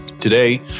Today